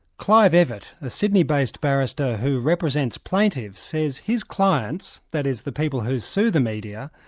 clive evatt, a sydney-based barrister who represents plaintiffs, says his clients, that is, the people who sue the media,